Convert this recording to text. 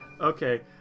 Okay